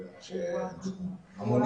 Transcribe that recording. אנחנו תמיד יודעים שאפשר לעשות את זה,